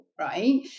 right